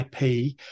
IP